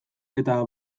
eta